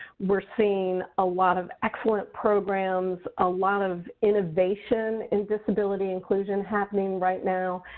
we're seeing a lot of excellent programs, a lot of innovation in disability inclusion happening right now,